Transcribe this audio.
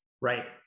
Right